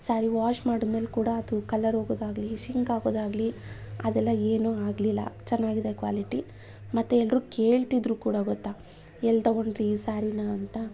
sari wash ಮಾಡಿದಮೇಲೆ ಕೂಡ ಅದು ಕಲರ್ ಹೋಗೋದಾಗಲಿ ಸಿಂಕ್ ಆಗೋದಾಗಲಿ ಅದೆಲ್ಲ ಏನೂ ಆಗಲಿಲ್ಲ ಚೆನ್ನಾಗಿದೆ ಕ್ವಾಲಿಟಿ ಮತ್ತೆ ಎಲ್ಲರೂ ಕೇಳ್ತಿದ್ರು ಕೂಡ ಗೊತ್ತಾ ಎಲ್ಲಿ ತಗೊಂಡ್ರಿ ಸ್ಯಾರೀನ ಅಂತ